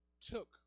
took